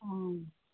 অঁ